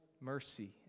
mercy